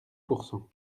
pourcent